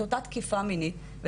את אותה תקיפה מינית.